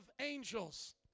angels